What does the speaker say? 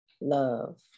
love